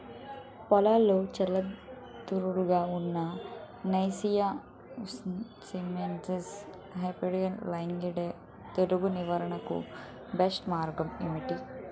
పొలంలో చెల్లాచెదురుగా ఉన్న నైసియస్ సైమోయిడ్స్ హెమిప్టెరా లైగేయిడే తెగులు నియంత్రణకు బెస్ట్ మార్గాలు ఏమిటి?